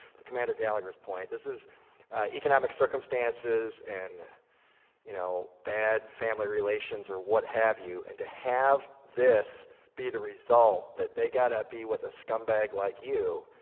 the commander gallagher's point, this is economic circumstances and you know, bad family relations or what have you and to have this be the result that they got to be with a scumbag like you,